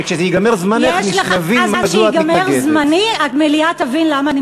שכשייגמר זמנך, יש לך, נבין מדוע את מתנגדת.